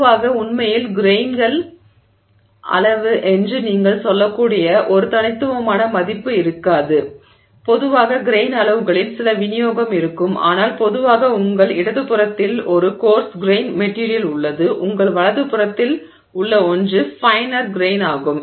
பொதுவாக உண்மையில் கிரெய்ன் அளவு என்று நீங்கள் சொல்லக்கூடிய ஒரு தனித்துவமான மதிப்பு இருக்காது பொதுவாக கிரெய்ன் அளவுகளில் சில விநியோகம் இருக்கும் ஆனால் பொதுவாக உங்கள் இடதுபுறத்தில் ஒரு கோர்ஸ் கிரெய்ன் மெட்டிரியல் உள்ளது உங்கள் வலதுபுறத்தில் உள்ள ஒன்று ஃபைனர் கிரெய்னாகும்